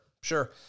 Sure